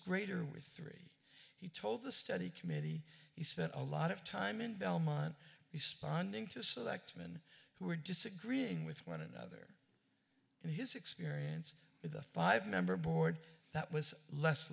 greater with three he told the study committee he spent a lot of time in belmont responding to select men who are disagreeing with one another and his experience in the five member board that was less